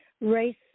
race